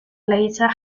later